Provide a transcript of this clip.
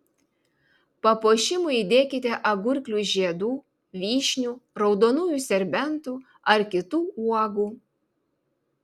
papuošimui įdėkite agurklių žiedų vyšnių raudonųjų serbentų ar kitų uogų